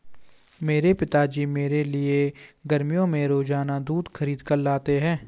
मेरे पिताजी मेरे लिए गर्मियों में रोजाना दूध खरीद कर लाते हैं